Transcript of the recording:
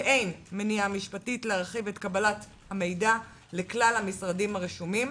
שאין מניעה משפטית להרחיב את קבלת המידע לכלל המשרדים הרשומים.